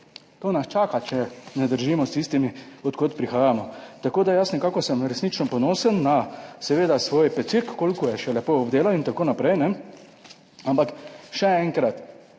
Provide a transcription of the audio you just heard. To nas čaka, če ne držimo s tistimi od kod prihajamo. Tako da jaz nekako sem resnično ponosen na seveda svoj / nerazumljivo/ koliko je še lepo obdelan in tako naprej. Ampak še enkrat,